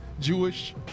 Jewish